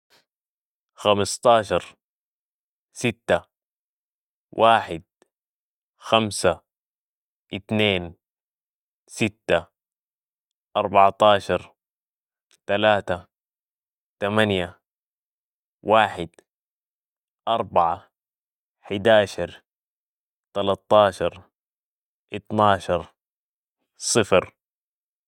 خمسطاشر، ستة، واحد، خمسة، اتنين، ستة، اربعطاشر، تلاتة، تمانية، واحد، أربعة، حداشر، تلتطاشر، اطناشر، صفر.